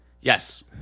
Yes